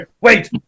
Wait